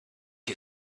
you